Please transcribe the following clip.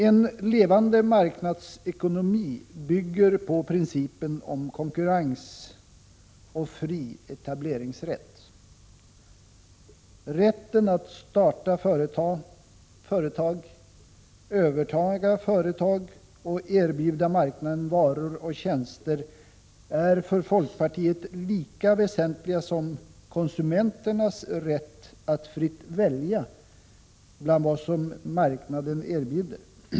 En levande marknadsekonomi bygger på principen om konkurrens och fri etableringsrätt. Rätten att starta företag — överta företag — och erbjuda marknaden varor och tjänster är för folkpartiet lika väsentlig som konsumenternas rätt att fritt välja bland det som marknaden erbjuder.